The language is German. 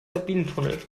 lawinentunnel